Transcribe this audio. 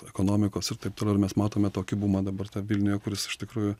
ekonomikos ir taip toliau ir mes matome tokį bumą dabar tą vilniuje kuris iš tikrųjų